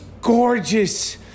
gorgeous